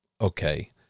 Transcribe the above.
okay